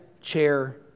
chair